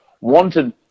wanted